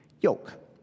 Yoke